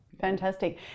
Fantastic